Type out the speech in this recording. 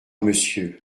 monsieur